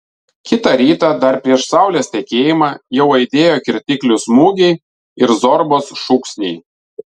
kitą rytą dar prieš saulės tekėjimą jau aidėjo kirtiklių smūgiai ir zorbos šūksniai